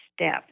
step